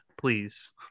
please